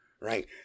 Right